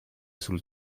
sul